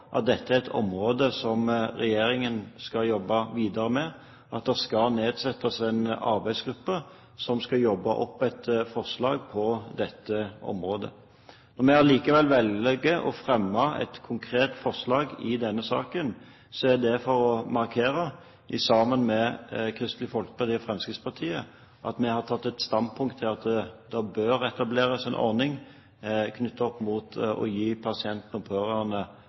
at dette er et område som regjeringen skal jobbe videre med, og at det skal nedsettes en arbeidsgruppe som skal jobbe fram et forslag på dette området. Når vi, sammen med Kristelig Folkeparti og Fremskrittspartiet, likevel velger å fremme et konkret forslag i denne saken, er det for å markere at vi har tatt et standpunkt, at det bør etableres en ordning knyttet opp mot å gi